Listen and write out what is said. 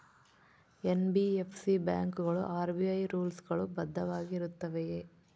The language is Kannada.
ಎನ್.ಬಿ.ಎಫ್.ಸಿ ಬ್ಯಾಂಕುಗಳು ಆರ್.ಬಿ.ಐ ರೂಲ್ಸ್ ಗಳು ಬದ್ಧವಾಗಿ ಇರುತ್ತವೆಯ?